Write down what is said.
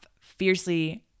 fiercely